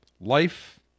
life